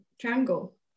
triangle